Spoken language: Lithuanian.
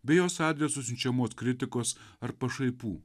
bei jos adresu siunčiamos kritikos ar pašaipų